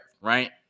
right